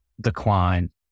decline